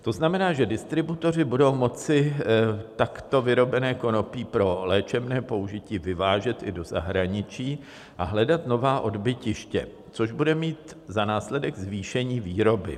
To znamená, že distributoři budou moci takto vyrobené konopí pro léčebné použití vyvážet i do zahraničí a hledat nová odbytiště, což bude mít za následek zvýšení výroby.